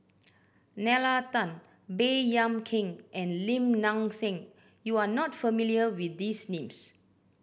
Nalla Tan Baey Yam Keng and Lim Nang Seng you are not familiar with these names